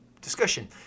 discussion